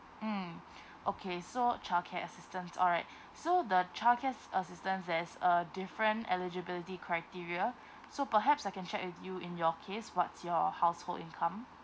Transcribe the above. mm okay so childcare assistance all right so the childcares assistance there is a different eligibility criteria so perhaps I can check with you in your case what's your household income